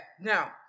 Now